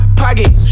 pocket